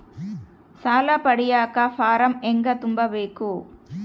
ಸಾಲ ಪಡಿಯಕ ಫಾರಂ ಹೆಂಗ ತುಂಬಬೇಕು?